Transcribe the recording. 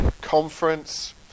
Conference